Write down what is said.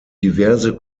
diverse